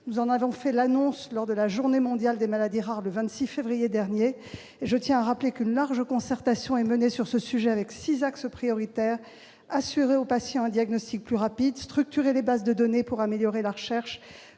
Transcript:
Nous en avons fait l'annonce lors de la Journée internationale des maladies rares, le 28 février dernier. Je tiens d'ailleurs à rappeler qu'une large concertation est menée sur ce sujet, avec six axes prioritaires : assurer au patient un diagnostic plus rapide ; structurer les bases de données pour améliorer la recherche